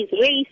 race